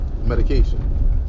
medication